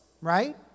right